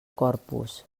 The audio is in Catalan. corpus